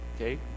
Okay